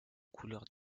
couleurs